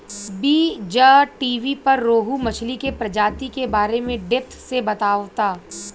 बीज़टीवी पर रोहु मछली के प्रजाति के बारे में डेप्थ से बतावता